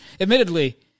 admittedly